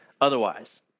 otherwise